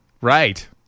right